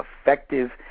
effective